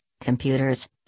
computers